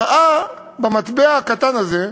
ראה במטבע הקטן הזה,